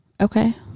Okay